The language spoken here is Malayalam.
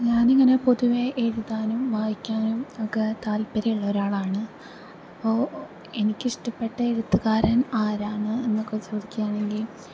ഞാനിങ്ങനെ പൊതുവെ എഴുതാനും വായിക്കാനും ഒക്കെ താൽപര്യുള്ള ഒരാളാണ് അപ്പോൾ എനിക്കിഷ്ടപ്പെട്ട എഴുത്തുകാരൻ ആരാണ് എന്നൊക്കെ ചോദിക്കുകയാണെങ്കിൽ